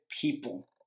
people